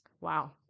Wow